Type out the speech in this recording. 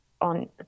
on